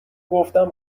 گفتم